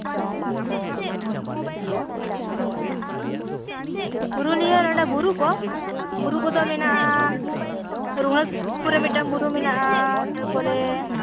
ᱯᱩᱨᱩᱞᱤᱭᱟᱹ ᱱᱚᱸᱰᱮ ᱵᱩᱨᱩ ᱠᱚ ᱵᱩᱨᱩ ᱠᱚᱫᱚ ᱢᱮᱱᱟᱜᱼᱟ ᱨᱚᱜᱷᱩᱱᱟᱛᱷᱯᱩᱨ ᱨᱮ ᱢᱤᱫᱴᱟᱝ ᱵᱩᱨᱩ ᱢᱮᱱᱟᱜᱼᱟ ᱛᱟᱨᱯᱚᱨᱮ